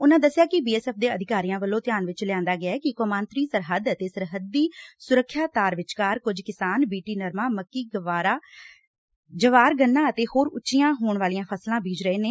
ਉਨ੍ਹਾ ਦਸਿਆ ਕਿ ਬੀ ਐਸ ਐਫ਼ ਦੇ ਅਧਿਕਾਰੀਆ ਵੱਲੋ ਧਿਆਨ ਵਿਚ ਲਿਆਂਦਾ ਗਿਐ ਕਿ ਕੌਮਾਂਤਰੀ ਸਰਹੱਦ ਅਤੇ ਸਰਹੱਦੀ ਸੁਰੱਖਿਆ ਤਾਰ ਵਿਚਕਾਰ ਕੁਝ ਕਿਸਾਨ ਬੀ ਟੀ ਨਰਮਾ ਮੱਕੀ ਗਵਾਰਾ ਜਵਾਰ ਗੰਨਾ ਅਤੇ ਹੋਰ ਉਚੀਆਂ ਹੋਣ ਵਾਲੀਆਂ ਫਸਲਾਂ ਬੀਜ ਰਹੇ ਨੇ